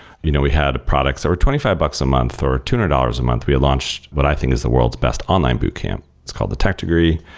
you know we had products that were twenty five bucks a month, or two hundred dollars a month. we launched what i think is the world's best online boot camp. it's called the tech degree.